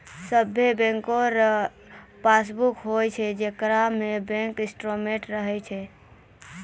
सभे बैंको रो पासबुक होय छै जेकरा में बैंक स्टेटमेंट्स रहै छै